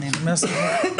אני לא רוצה שנקריא את זה.